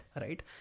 right